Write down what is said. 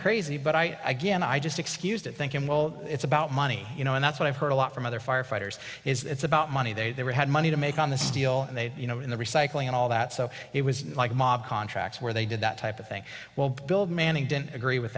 crazy but i guess i just excused it thinking well it's about money you know and that's what i've heard a lot from other firefighters it's about money they were had money to make on the steel and they you know in the recycling and all that so it was like mob contracts where they did that type of thing well build manning didn't agree with